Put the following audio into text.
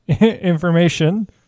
information